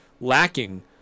lacking